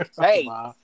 Hey